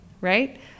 right